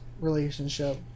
relationship